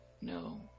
no